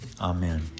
Amen